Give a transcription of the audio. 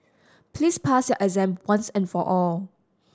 please pass your exam once and for all